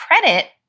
credit